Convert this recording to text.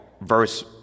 verse